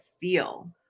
feel